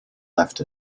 left